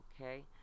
okay